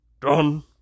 Done